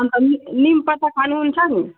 अनि त नि निमपत्ता खानुहुन्छ नि